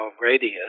radius